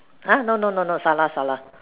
!huh! no no no no salah salah